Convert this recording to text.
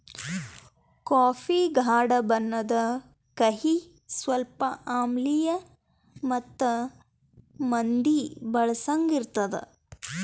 coffee ಗಾಢ ಬಣ್ಣುದ್, ಕಹಿ, ಸ್ವಲ್ಪ ಆಮ್ಲಿಯ ಮತ್ತ ಮಂದಿ ಬಳಸಂಗ್ ಇರ್ತದ